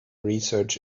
research